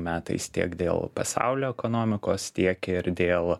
metais tiek dėl pasaulio ekonomikos tiek ir dėl